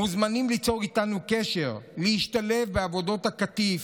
מוזמנים ליצור איתנו קשר, להשתלב בעבודות הקטיף,